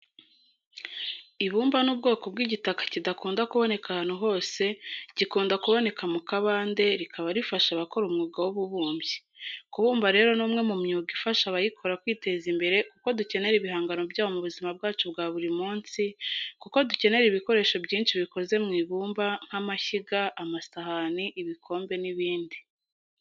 Ibumba ni ubwoko bw'igitaka kidakunda kuboneka ahantu hose bukunda kuboneka mu kabande, rikaba rifasha abakora umwuga w'ububumbyi. Kubumba rero ni umwe mu myuga ifasha abayikora kwiteza imbere kuko dukenera ibihangano byabo mu buzima bwacu bwa buri munsi, kuko dukenera ibikoresho byinshi bikoze mu ibumba nk'amashyiga, amasahani, ibikombe n'ibindi.